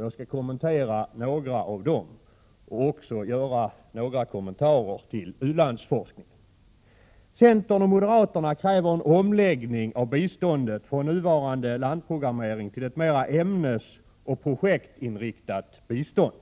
Jag skall kommentera några av dessa reservationer och även göra några kommentarer till u-landsforskning. Centern och moderaterna kräver en omläggning av biståndet från nuvarande landprogrammering till ett mer ämnesoch projektinriktat bistånd.